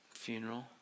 funeral